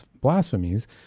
blasphemies